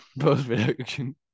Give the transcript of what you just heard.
post-production